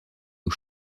aux